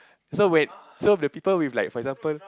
so wait so the people with like for example